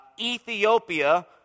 Ethiopia